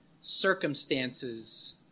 circumstances